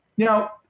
Now